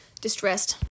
distressed